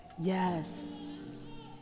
Yes